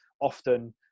often